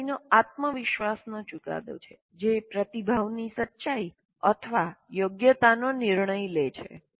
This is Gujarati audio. હવે પછીનો આત્મવિશ્વાસનો ચુકાદો છે જે પ્રતિભાવની સચ્ચાઈ અથવા યોગ્યતાનો નિર્ણય લે છે